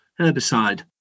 herbicide